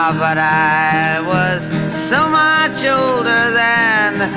um but i was so much older then,